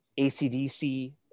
ACDC